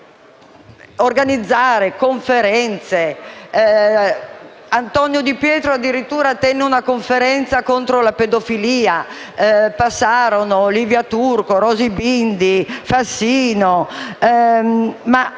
- a organizzare conferenze. Antonio Di Pietro tenne persino una conferenza contro la pedofilia; passarono Livia Turco, Rosi Bindi, Fassino,